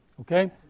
Okay